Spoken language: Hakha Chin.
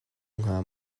hnga